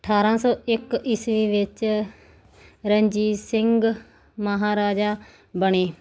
ਅਠਾਰਾਂ ਸੌ ਇੱਕ ਈਸਵੀ ਵਿੱਚ ਰਣਜੀਤ ਸਿੰਘ ਮਹਾਰਾਜਾ ਬਣੇ